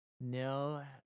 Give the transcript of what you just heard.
No